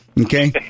Okay